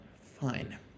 Fine